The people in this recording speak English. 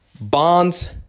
bonds